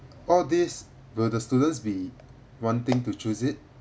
all these will the students be wanting to choose it